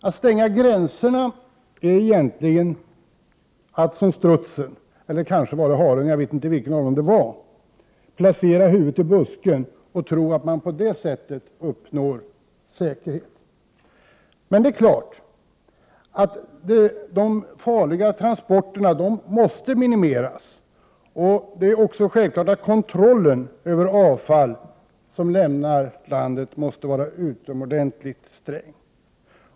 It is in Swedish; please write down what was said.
Att stänga gränserna är egentligen att göra som haren: placera huvudet i busken och tro att man på detta sätt uppnår säkerhet. Det är klart att de farliga transporterna måste minimeras. Det är också självklart att kontrollen över avfall som lämnar landet måste vara utomordentligt sträng.